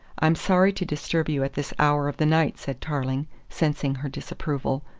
i'm sorry to disturb you at this hour of the night, said tarling, sensing her disapproval.